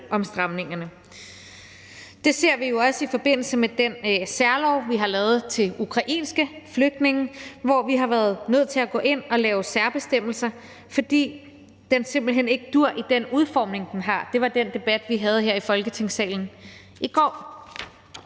om stramningerne. Det ser vi jo også i forbindelse med den særlov, vi har lavet for ukrainske flygtninge, hvor vi har været nødt til at gå ind og lave særbestemmelser, fordi den simpelt hen ikke duer i den udformning, den har. Det var den debat, vi havde her i Folketingssalen i går.